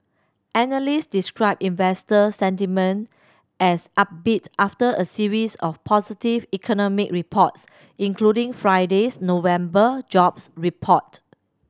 analyst described investor sentiment as upbeat after a series of positive economic reports including Friday's November jobs report